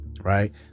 Right